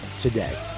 today